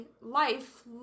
life